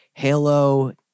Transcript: Halo